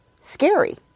scary